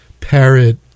parrot